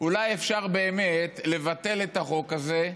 אולי אפשר לבטל את החוק הזה,